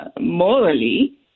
morally